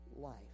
life